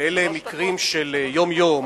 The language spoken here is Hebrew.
ואלה מקרים של יום-יום,